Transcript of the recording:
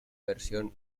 versión